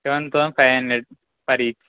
seven thousand five hundred for each